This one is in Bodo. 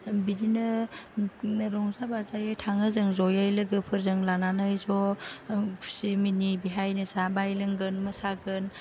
बिदिनो रंजा बाजायै थाङो जों जयै लोगोफोरजों लानानै ज' खुसि मिनि बेहायनो जानाय लोंगोन मोसागोन